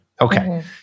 okay